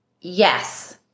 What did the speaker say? yes